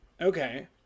Okay